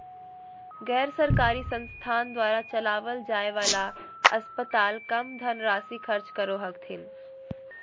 गैर सरकारी संस्थान द्वारा चलावल जाय वाला अस्पताल कम धन राशी खर्च करो हथिन